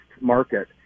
market